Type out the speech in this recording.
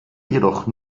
jedoch